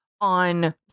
on